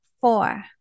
four